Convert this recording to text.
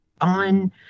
on